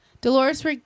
Dolores